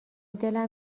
دلم